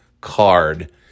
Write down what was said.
card